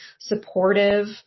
supportive